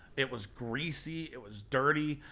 it was greasy, it was dirty,